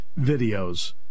videos